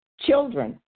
children